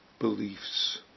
beliefs